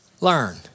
learn